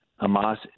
Hamas